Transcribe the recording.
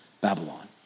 Babylon